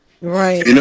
Right